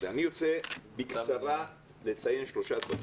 אני ארצה בקצרה לציין שלושה דברים.